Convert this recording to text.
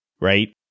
right